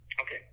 Okay